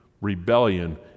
rebellion